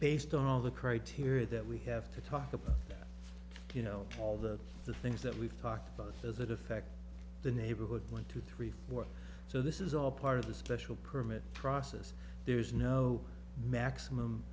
based on all the criteria that we have to talk about you know all of the things that we've talked about those that affect the neighborhood one two three four so this is all part of the special permit process there's no maximum